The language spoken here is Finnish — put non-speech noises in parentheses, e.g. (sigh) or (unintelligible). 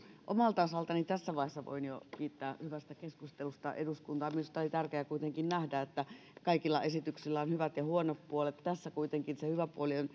omalta osaltani tässä vaiheessa voin jo kiittää eduskuntaa hyvästä keskustelusta minusta oli tärkeää nähdä että kaikilla esityksillä on hyvät ja huonot puolet ja tässä kuitenkin se hyvä puoli on (unintelligible)